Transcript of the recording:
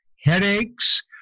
headaches